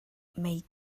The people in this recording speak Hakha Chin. mei